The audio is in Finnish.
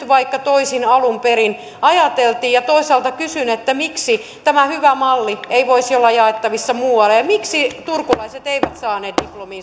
vaikka toisin alun perin ajateltiin ja toisaalta kysyn miksi tämä hyvä malli ei voisi olla jaettavissa muualla ja ja miksi turkulaiset eivät saaneet diplomi